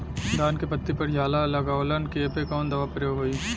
धान के पत्ती पर झाला लगववलन कियेपे कवन दवा प्रयोग होई?